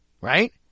Right